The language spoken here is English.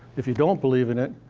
if you don't believe in it,